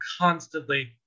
constantly